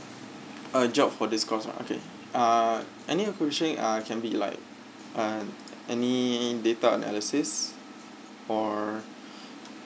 a job for this course ah okay uh any position uh can be like uh any data analysis or